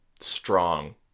strong